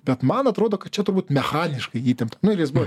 bet man atrodo kad čia turbūt mechaniškai įtempta nu ir jis buvo